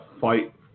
fight